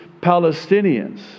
Palestinians